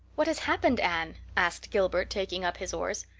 what has happened, anne? asked gilbert, taking up his oars.